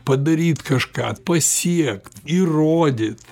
padaryt kažką pasiekt įrodyt